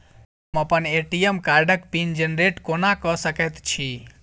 हम अप्पन ए.टी.एम कार्डक पिन जेनरेट कोना कऽ सकैत छी?